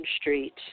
street